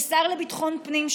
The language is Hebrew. לשר לביטחון הפנים,